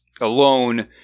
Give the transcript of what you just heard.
alone